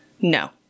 No